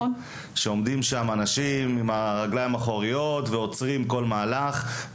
שם אנשים עומדים על הרגליים האחוריות ועוצרים כל מהלך.